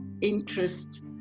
interest